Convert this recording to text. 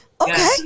Okay